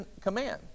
command